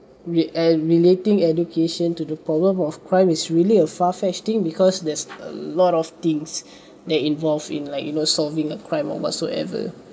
we ate relating education to the problem of crime is really a far fetched thing because there's a lot of things that involved in like you know solving a crime or whatsoever